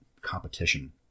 competition